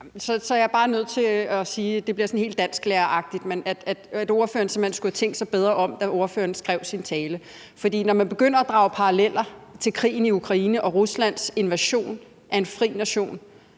Så er jeg bare nødt til at sige, selv om det bliver sådan helt dansklæreragtigt, at ordføreren simpelt hen skulle have tænkt sig bedre om, da ordføreren skrev sin tale. For når man begynder at drage paralleller til krigen i Ukraine og Ruslands invasion af en fri nation